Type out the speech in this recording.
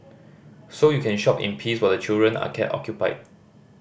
so you can shop in peace while the children are kept occupied